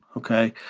ok.